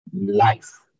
life